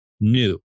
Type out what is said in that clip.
new